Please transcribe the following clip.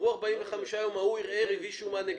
עברו 45 יום, ההוא ערער והביא שומה נגדית.